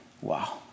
Wow